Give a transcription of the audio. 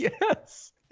Yes